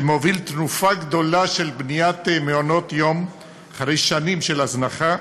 שמוביל תנופה גדולה של בניית מעונות יום אחרי שנים של הזנחה,